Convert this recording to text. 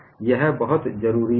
यह बहुत ज़रूरी है